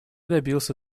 добился